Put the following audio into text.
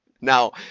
Now